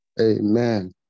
Amen